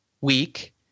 week